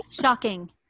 Shocking